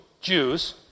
Jews